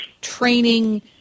training